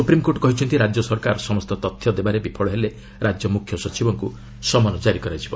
supreme court କହିଛନ୍ତି ରାଜ୍ୟ ସରକାର ସମସ୍ତ ତଥ୍ୟ ଦେବାରେ ବିଫଳ ହେଲେ ରାଜ୍ୟ ମୁଖ୍ୟସଚିବଙ୍କୁ ସମନ ଜାରି କରାଯିବ